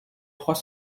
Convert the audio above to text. trois